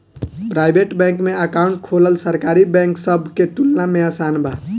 private bank में account खोलल सरकारी बैंक सब के तुलना में आसान बा